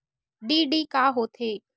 DD का होथे?